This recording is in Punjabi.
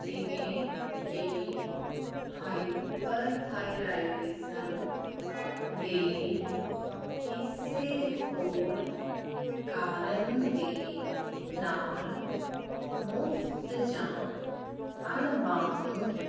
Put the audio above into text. ਜਿਵੇਂ ਕਿ ਹਾਈਪਰਥਾਇਰਾਇਡਿਜ਼ਮ ਦੇ ਕਿਸੇ ਹੋਰ ਕਾਰਨ ਦੇ ਨਾਲ ਮੁਫਤ ਜਾਂ ਅਣਬਾਊਂਡ